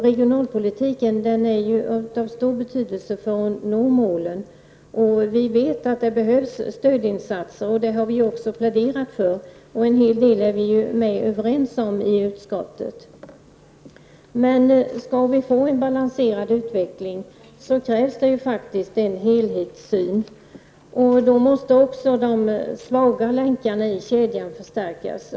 Regionalpolitiken är av stor betydelse för att nå målen. Vi vet att det behövs stödinsatser, och det har vi också pläderat för. En hel del är vi överens om i utskottet. Men skall det bli en balanserad utveckling, krävs det faktiskt en helhetssyn. Då måste också de svaga länkarna i kedjan förstärkas.